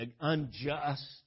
unjust